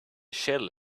shell